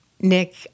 Nick